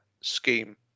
scheme